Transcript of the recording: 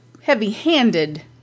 heavy-handed